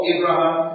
Abraham